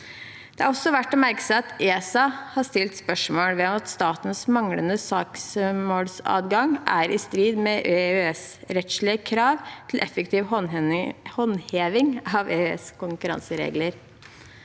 Det er også verdt å merke seg at ESA har stilt spørsmål ved om statens manglende søksmålsadgang er i strid med EØS-rettslige krav til effektiv håndheving av EØS’ konkurranseregler.